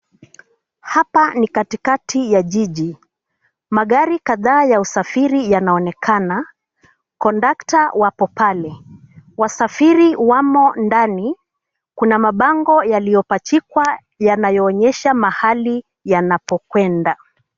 Hapa ni katikati ya jiji. Magari kadhaa ya usafiri yanaonekana. Kondakta wapo pale. Wasafiri wamo ndani. Kuna mabango yaliyopachikwa yanayoonyesha mahali yanapokwenda.